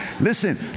Listen